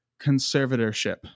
conservatorship